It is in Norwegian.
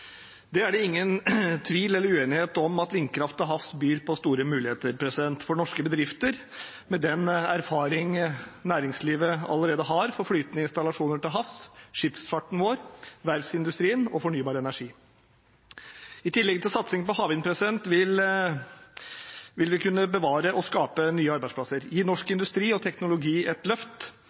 ut. Det er ingen tvil eller uenighet om at vindkraft til havs byr på store muligheter for norske bedrifter, med den erfaringen næringslivet allerede har fra flytende installasjoner til havs, skipsfarten vår, verftsindustrien og fornybar energi. I tillegg til satsing på havvind vil vi kunne bevare og skape nye arbeidsplasser og gi norsk industri og teknologi et løft.